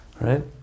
Right